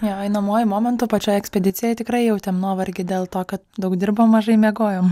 jo einamuoju momentu pačioj ekspedicijoj tikrai jautėm nuovargį dėl to kad daug dirbom mažai miegojom